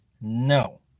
no